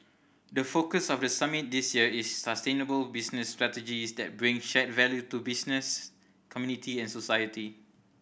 the focus of the summit this year is sustainable business strategies that bring shared value to business community and society